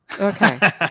okay